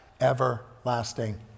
everlasting